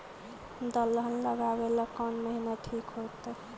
दलहन लगाबेला कौन महिना ठिक होतइ?